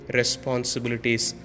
responsibilities